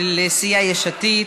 של סיעת יש עתיד.